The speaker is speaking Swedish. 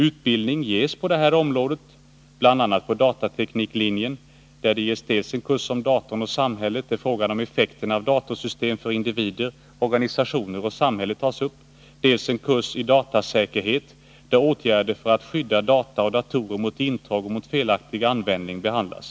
Utbildning ges på det här området bl.a. på datatekniklinjen, där det ges dels en kurs om datorn och samhället, där frågan om effekterna av datorsystem för individer, organisationer och samhälle tas upp, dels en kurs i datasäkerhet, där åtgärder för att skydda data och datorer mot intrång och felaktig användning behandlas.